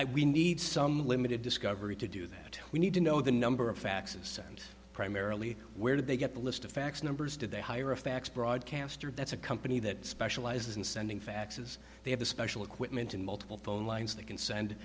hey we need some limited discovery to do that we need to know the number of faxes sent primarily where did they get the list of fax numbers did they hire a fax broadcaster that's a company that specializes in sending faxes they have a special equipment and multiple phone lines they can send